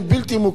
חיבר אותם.